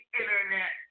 internet